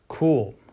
Cool